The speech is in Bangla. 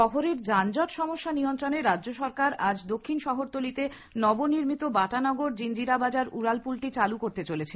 শহরের যানজট সমস্যা নিয়ন্ত্রণে রাজ্য সরকার আজ দক্ষিণ শহরতলিতে নবনির্মিত বাটানগর জিঞ্জিরাবাজার উডালপুলটি চালু করতে চলেছে